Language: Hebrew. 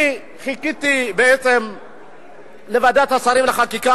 אני חיכיתי בעצם לוועדת השרים לחקיקה,